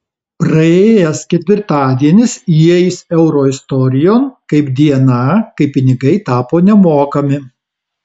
praėjęs ketvirtadienis įeis euro istorijon kaip diena kai pinigai tapo nemokami